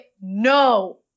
No